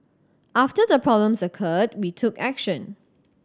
after the problems occurred we took action